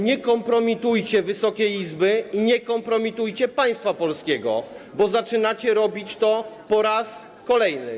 Nie kompromitujcie Wysokiej Izby i nie kompromitujcie państwa polskiego, bo zaczynacie robić to po raz kolejny.